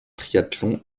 triathlon